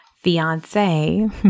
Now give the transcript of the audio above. fiance